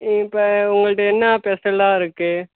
ம் இப்போ உங்கள்கிட்ட என்ன பெஷல்லாக இருக்குது